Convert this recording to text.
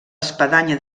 espadanya